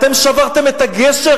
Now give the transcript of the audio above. אתם שברתם את הגשר,